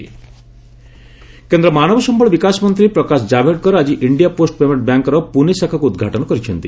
ଡାଭଡେକର୍ କେନ୍ଦ୍ର ମାନବସ୍ୟଳ ବିକାଶ ମନ୍ତ୍ରୀ ପ୍ରକାଶ ଜାଭଡେକର ଆଜି ଇଣ୍ଡିଆ ପୋଷ୍ଟ ପେମେଣ୍ଟ ବ୍ୟାଙ୍କ୍ର ପୁନେ ଶାଖାକୁ ଉଦ୍ଘାଟନ କରିଛନ୍ତି